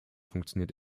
funktioniert